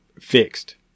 Fixed